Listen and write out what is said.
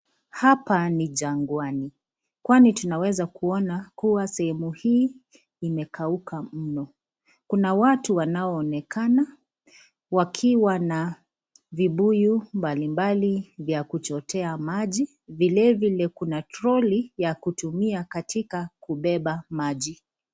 Hapa ni jangwani, kwani tunaweza kuona kuwa sehemu hii imekauka mno. Kuna watu wanaoonekana wakiwa na vibuyu mbalimbali vya kuchotea maji. Vilevile, kuna troli ya kutumia katika kubeba maji.